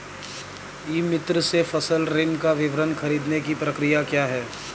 ई मित्र से फसल ऋण का विवरण ख़रीदने की प्रक्रिया क्या है?